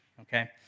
okay